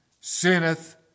sinneth